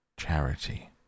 charity